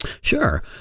Sure